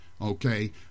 okay